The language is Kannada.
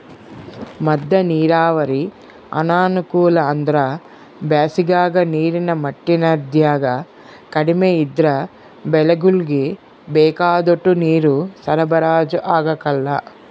ಮದ್ದ ನೀರಾವರಿ ಅನಾನುಕೂಲ ಅಂದ್ರ ಬ್ಯಾಸಿಗಾಗ ನೀರಿನ ಮಟ್ಟ ನದ್ಯಾಗ ಕಡಿಮೆ ಇದ್ರ ಬೆಳೆಗುಳ್ಗೆ ಬೇಕಾದೋಟು ನೀರು ಸರಬರಾಜು ಆಗಕಲ್ಲ